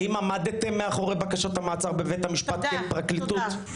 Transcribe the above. האם עמדתם מאחורי בקשת המעצר בבית המשפט כפרקליטות?